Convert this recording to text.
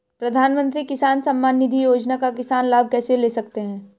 प्रधानमंत्री किसान सम्मान निधि योजना का किसान लाभ कैसे ले सकते हैं?